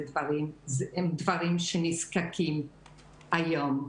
הם דברים שנזקקים היום.